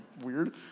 weird